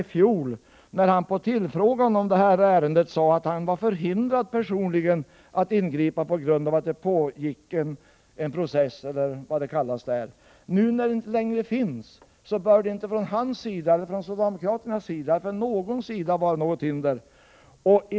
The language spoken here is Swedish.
När han i fjol blev tillfrågad om ärendet sade han att han personligen var förhindrad att ingripa på grund av att det pågick förhandlingar. När det nu inte längre pågår förhandlingar bör det inte finnas något hinder för honom, för socialdemokraterna eller för någon annan.